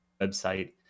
website